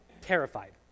terrified